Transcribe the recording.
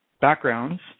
backgrounds